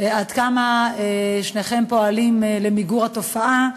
עד כמה שניכם פועלים למיגור התופעה,